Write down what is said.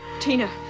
Tina